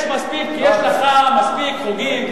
יש לך מספיק חוקים,